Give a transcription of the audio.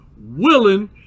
willing